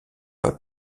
pas